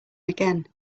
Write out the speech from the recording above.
again